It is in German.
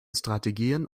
strategien